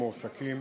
הבלתי-מועסקים